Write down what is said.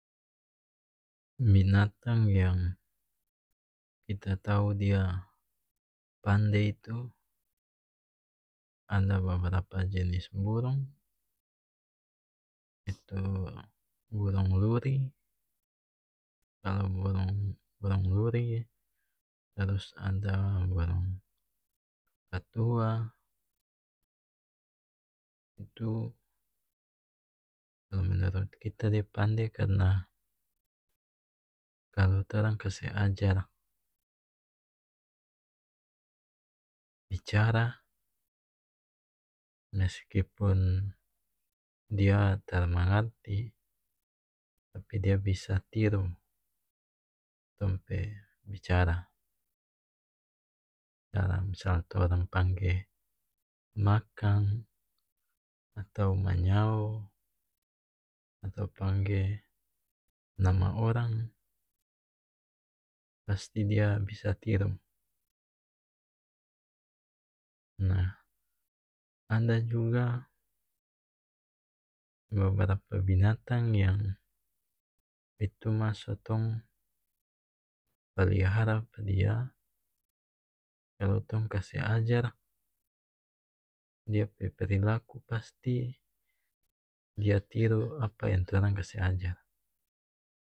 Binatang yang kita tau dia pande itu ada beberapa jenis burung itu burung luri kalu burung burung luri trus ada burung kakatua itu kalu menurut kita dia pande karna kalu torang kase ajar bicara meskipun dia tara mangarti tapi dia bisa tiru tong pe bicara torang pangge makang atau manyao atau pangge nama orang pasti dia bisa tiru nah ada juga beberapa binatang yang itu maso tong pelihara pa dia perlu tong kase ajar dia pe perilaku pasti dia tiru apa yang torang kase ajar